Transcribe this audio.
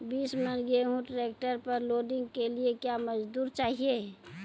बीस मन गेहूँ ट्रैक्टर पर लोडिंग के लिए क्या मजदूर चाहिए?